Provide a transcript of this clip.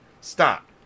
Stop